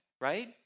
right